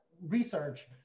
research